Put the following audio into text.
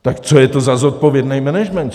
Tak co je to za zodpovědný management?